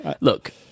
look